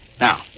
Now